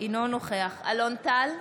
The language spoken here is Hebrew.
אינו נוכח אלון טל,